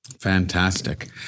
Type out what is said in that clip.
Fantastic